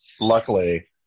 luckily